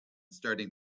starting